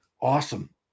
awesome